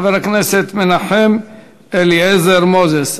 חבר הכנסת מנחם אליעזר מוזס,